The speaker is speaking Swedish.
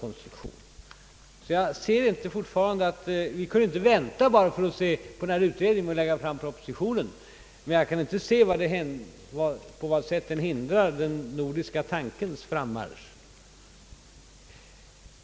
Vi kunde inte vänta med att lägga fram propositionen för att se på utredningen, men jag kan inte förstå på vad sätt propositionen hindrar den nordiska tankens frammarsch.